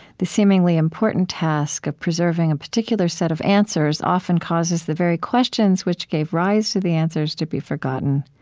the seemingly important task of preserving a particular set of answers often causes the very questions which gave rise to the answers to be forgotten.